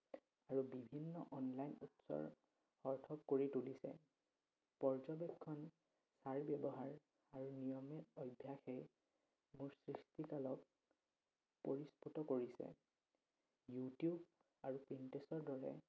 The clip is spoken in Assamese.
আৰু বিভিন্ন অনলাইন উৎসৰ অৰ্থ কৰি তুলিছে পৰ্যবেক্ষণ ছাঁৰ ব্যৱহাৰ আৰু নিয়মিত অভ্যাসে মোৰ সৃষ্টিকালত পৰিস্ফুত কৰিছে ইউটিউব আৰু পিণ্টৰেষ্টৰ দৰে